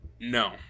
No